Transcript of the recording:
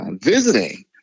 Visiting